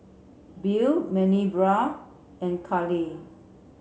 Bill Minerva and Kalie